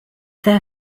their